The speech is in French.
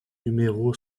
numéro